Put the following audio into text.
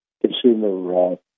Consumer